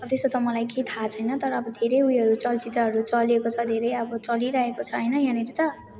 अब त्यसो त मलाई केही थाहा छैन तर अब धेरै उयोहरू चलचित्रहरू चलेको छ धेरै अब चलिरहेको छ होइन यहाँनिर त